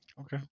Okay